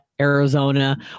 Arizona